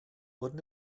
wurden